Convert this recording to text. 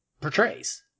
portrays